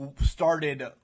started